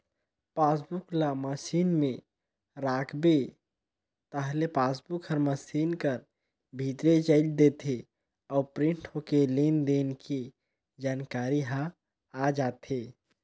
passbook ल machine में राखबे ताहले पासबुक हर मसीन कर भीतरे चइल देथे अउ प्रिंट होके लेन देन के जानकारी ह आ जाथे